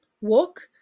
walk